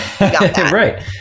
right